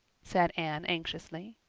said anne anxiously.